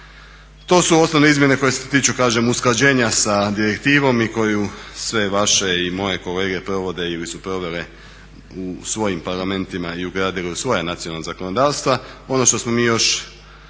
To su osnovne izmjene koje se tiču kažem usklađenja sa direktivom i koju sve vaše i moje kolege provode ili su provele u svojim parlamentima i ugradile u svoja nacionalna zakonodavstva. Ono što smo mi još